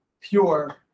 pure